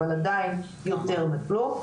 אבל עדיין יותר מכלום.